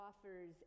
offers